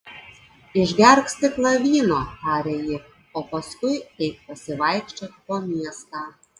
išgerk stiklą vyno tarė ji o paskui eik pasivaikščiok po miestą